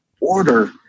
order